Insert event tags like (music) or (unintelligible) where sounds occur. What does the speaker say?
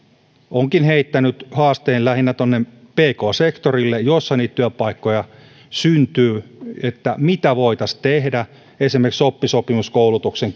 olenkin heittänyt haasteen lähinnä tuonne pk sektorille jossa niitä työpaikkoja syntyy mitä voitaisiin tehdä esimerkiksi oppisopimuskoulutuksen (unintelligible)